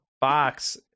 box